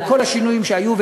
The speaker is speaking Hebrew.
על כל השינויים שהיו,